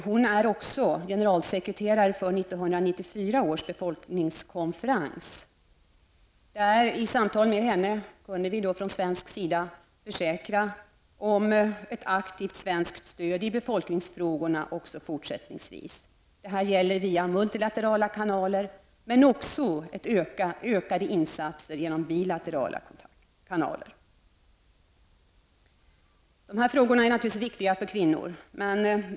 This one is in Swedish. Hon är också generalsekreterare för 1994 års befolkningskonferens. Vi kunde i samtal med henne från svensk sida försäkra om ett aktivt svenskt stöd också fortsättningsvis i befolkningsfrågorna. Det kan ske via multilaterala kanaler, men också genom ökade insatser via bilaterala kanaler. Dessa frågor är naturligtvis viktiga för kvinnor.